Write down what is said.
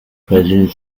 presidents